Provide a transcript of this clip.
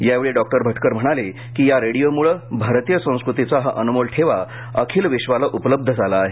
यावेळी डॉ भटकर म्हणाले की या रेडीओमुळे भारतीय संस्कृतीचा हा अनमोल ठेवा अखिल विश्वाला उपलब्ध झाला आहे